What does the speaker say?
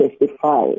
testify